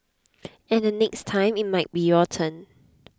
and the next time it might be your turn